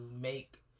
make